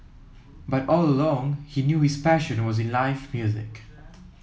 but all along he knew his passion was in live music